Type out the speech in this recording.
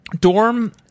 dorm